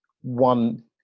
one